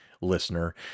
listener